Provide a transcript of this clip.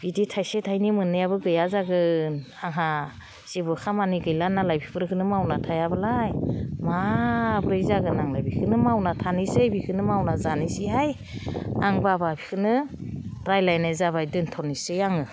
बिदि थाइसे थाइनै मोननायाबो गैया जागोन आंहा जेबो खामानि गैला नालाय बेफोरखौनो मावनानै थायाब्ला माब्रै जागोन आंलाय बेखौनो मावना थानोसै बेखौनो मावना जानोसैहाय आं बाबा बेखौनो रायज्लायनाय जाबाय दोनथ'नोसै आङो